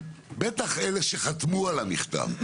בטח אלה שחתמו על המכתב,